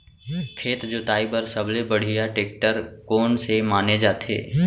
खेत जोताई बर सबले बढ़िया टेकटर कोन से माने जाथे?